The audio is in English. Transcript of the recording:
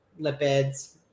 lipids